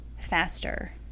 faster